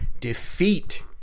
defeat